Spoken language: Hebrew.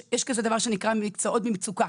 יש כזה דבר שנקרא "מקצועות במצוקה",